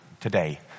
today